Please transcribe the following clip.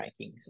rankings